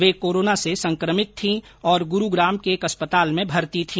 वे corona से संकमित थीं और ग्रूग्राम के एक अस्पताल में भर्ती थी